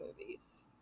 movies